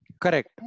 Correct